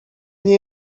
nie